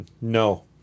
No